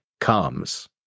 comes